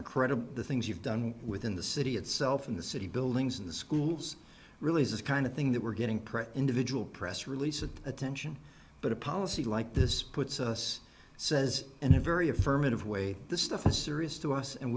incredible the things you've done within the city itself in the city buildings and the schools really is a kind of thing that we're getting pretty individual press release of attention but a policy like this puts us says in a very affirmative way this stuff is serious to us and